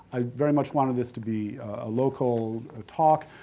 i very much wanted this to be a local ah talk.